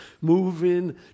moving